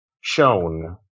shown